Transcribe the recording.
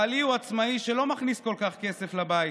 בעלי הוא עצמאי ולא מכניס כל כך כסף לבית,